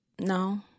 No